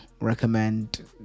recommend